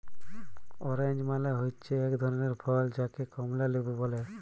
orange মালে হচ্যে এক ধরলের ফল যাকে কমলা লেবু ব্যলে